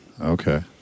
Okay